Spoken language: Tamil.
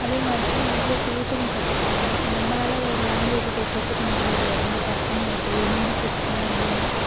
அதே மாதிரி ஈஸியாக பேசவும் கற்றுக்குறாங்க இப்போ நம்மளால ஒரு லேங்குவேஜை போய் கற்றுக்க முடியலை ரொம்ப கஷ்டமாக இருக்குது ஒரு ஹிந்தி கற்றுக்கணும் அப்படின்னா